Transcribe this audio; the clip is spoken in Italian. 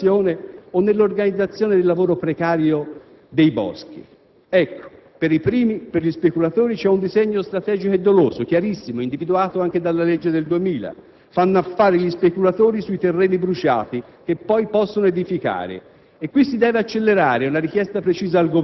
tra chi agisce per la speculazione, o nell'organizzazione del lavoro precario nei boschi. Per i primi, per gli speculatori, vi è un disegno strategico e doloso chiarissimo, individuato anche dalla citata legge del 2000: gli speculatori fanno affari sui terreni bruciati, che poi possono edificare.